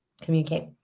communicate